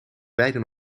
beide